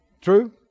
True